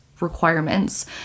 requirements